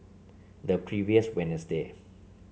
the previous Wednesday